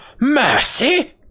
Mercy